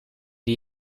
die